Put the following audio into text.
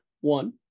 one